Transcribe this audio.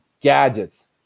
Gadgets